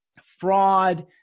fraud